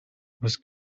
was